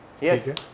Yes